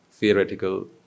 Theoretical